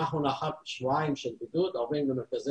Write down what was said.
לאחר שבועיים של בידוד עוברים במרכזי